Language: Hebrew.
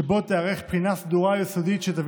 שבו תיערך בחינה סדורה ויסודית שתביא